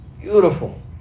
Beautiful